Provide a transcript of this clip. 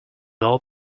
all